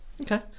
okay